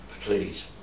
please